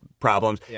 Problems